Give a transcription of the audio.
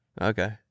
okay